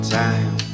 time